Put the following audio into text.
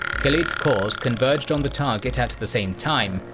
khalid's corps converged on the target at the same time,